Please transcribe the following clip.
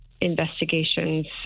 investigations